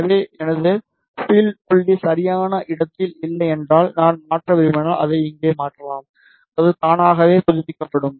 எனவே எனது ஃபில்ட் புள்ளி சரியான இடத்தில் இல்லை என்றால் நான் மாற்ற விரும்பினால் அதை இங்கே மாற்றலாம் அது தானாகவே புதுப்பிக்கப்படும்